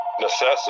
necessity